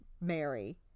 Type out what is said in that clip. Mary